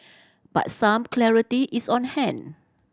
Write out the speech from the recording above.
but some clarity is on hand